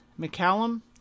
McCallum